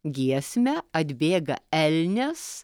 giesmę atbėga elnias